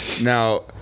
Now